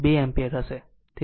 2 ampere current છે